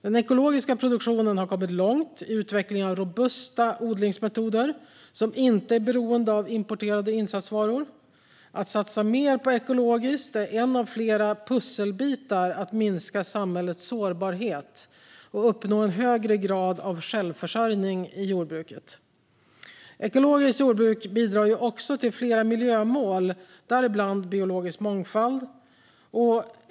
Denna produktion har kommit långt när det gäller utveckling av robusta odlingsmetoder som inte är beroende av importerade insatsvaror. Att satsa mer på ekologiskt är en av flera pusselbitar för att minska samhällets sårbarhet och uppnå en högre grad av självförsörjning i jordbruket. Ekologiskt jordbruk bidrar också till flera miljömål, däribland Biologisk mångfald.